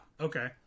okay